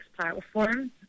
platform